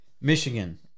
Michigan